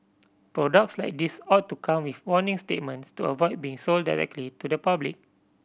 products like these ought to come with warning statements to avoid being sold directly to the public